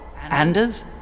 Anders